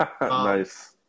Nice